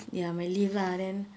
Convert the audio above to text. ya my leave lah then